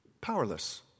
powerless